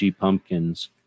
pumpkins